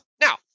Now